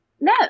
no